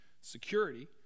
security